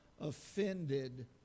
offended